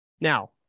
Now